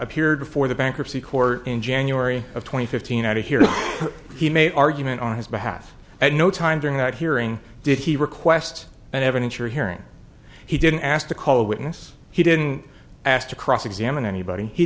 appeared before the bankruptcy court in january of twenty fifteen out of here he made argument on his behalf at no time during that hearing did he request an evidence you're here he didn't ask to call a witness he didn't ask to cross examine anybody he